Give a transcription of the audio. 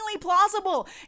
plausible